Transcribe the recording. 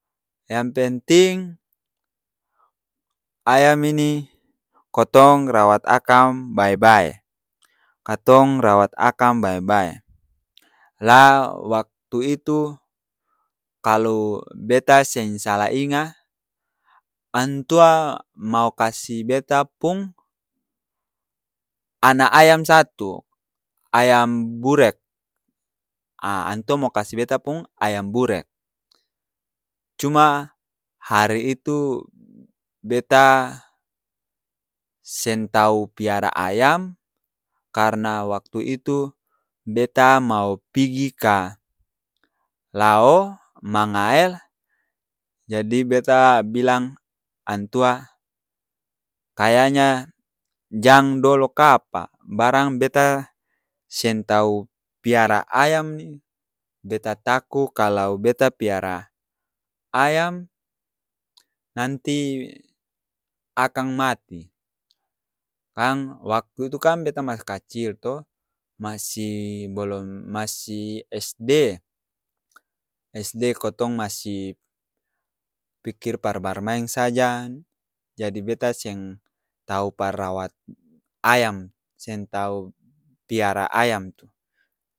Yang penting ayam ini kotong rawat akang bae-bae. Katong rawat akang bae-bae. La waktu itu kalu beta seng salah inga, antua mau kasi beta pung ana ayam satu, ayam burek. A antua mau kasi beta pung ayam burek. Cuma hari itu beta seng tau piara ayam, karna waktu itu beta mau pigi ka lao, mangael, jadi beta bilang antua kayanya jang dolo kapa barang beta seng tau piara ayam ni. Beta taku kalu beta piara ayam nanti akang mati. Kan waktu itu kan beta masih kacil to, masih bolom masi sd, sd kotong masi pikir par barmaeng saja, jadi beta seng tau par rawat ayam, seng tau piara ayam tu.